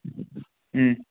ꯎꯝ